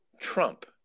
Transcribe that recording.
Trump